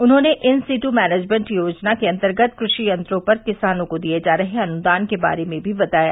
उन्होंने in situ management योजना के अन्तर्गत कृषि यंत्रों पर किसानों को दिए जा रहे अनुदान के बारे में भी बताया